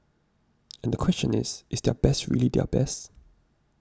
and the question is is their best really their best